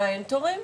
אין תורים?